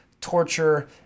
torture